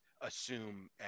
assume